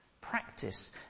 Practice